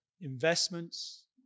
investments